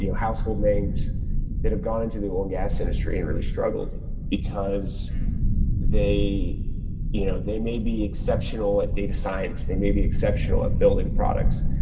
you know household names that have gone into the oil and gas industry and really struggled because they you know they may be exceptional at data science, they may be exceptional at building products,